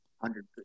hundred